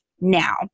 now